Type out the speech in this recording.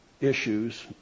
issues